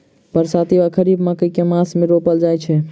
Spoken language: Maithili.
बरसाती वा खरीफ मकई केँ मास मे रोपल जाय छैय?